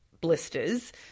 blisters